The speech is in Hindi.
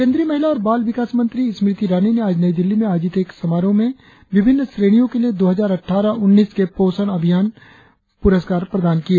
केंद्रीय महिला और बाल विकास मंत्री स्मृति ईरानी ने आज नई दिल्ली में आयोजित एक समारोह में विभिन्न श्रेणियों के लिए दो हजार अटठारह उन्नीस के पोषण अभियान प्रस्कार प्रदान किए